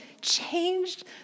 changed